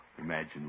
imagine